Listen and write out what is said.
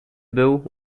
był